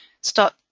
start